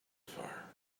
far